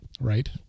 Right